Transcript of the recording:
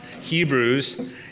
Hebrews